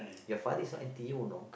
your father is not N_T_U you know